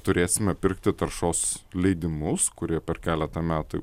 turėsime pirkti taršos leidimus kurie per keletą metų